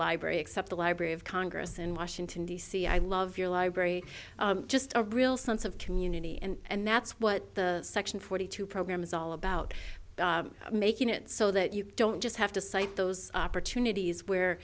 library except the library of congress in washington d c i love your library just a real sense of community and that's what the section forty two program is all about making it so that you don't just have to cite those opportunities where